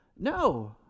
No